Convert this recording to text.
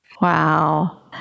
Wow